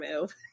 move